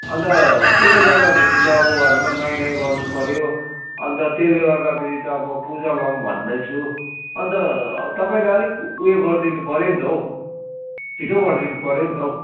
अन्त त्यसले गर्दाखेरि त अब घरमा नुहाइ धुवाइ गर्नुपऱ्यो अन्त त्यसले गर्दाखेरि त अब पूजा लगाउँ भन्दैछु अन्त तपाईँले अलिक उयो गरिदिनु पऱ्यो नि त हौ छिटो गरिदिनु पऱ्यो नि त हौ